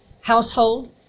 household